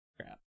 Crap